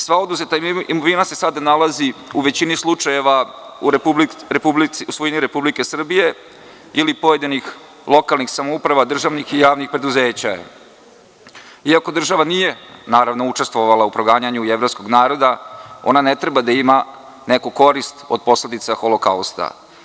Sva oduzeta imovina se sada nalazi u većini slučajeva u svojini Republike Srbije, ili pojedinih lokalnih samouprava, državnih i javnih preduzeća. iako država nije učestvovala naravno, u proganjanju jevrejskog naroda, ona ne treba da ima neku korist od posledica Holokausta.